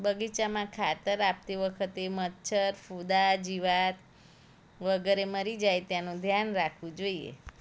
બગીચામાં ખાતર આપતી વખતે મચ્છર ફૂદાં જીવાત વગેરે મરી જાય તેનું ધ્યાન રાખવું જોઈએ